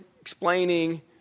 explaining